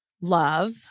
love